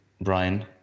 brian